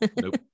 Nope